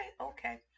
okay